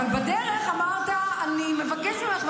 אבל בדרך אמרת: אני מבקש ממך,